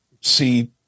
see